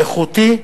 איכותי,